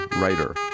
writer